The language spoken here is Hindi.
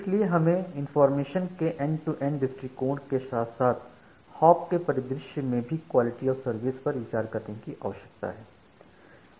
इसीलिए हमें इंफॉर्मेशन के एंड टू एंड दृष्टिकोण के साथ साथ हॉप के परिप्रेक्ष्य में भी क्वालिटी ऑफ़ सर्विस पर विचार करने की आवश्यकता है